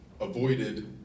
avoided